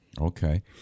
Okay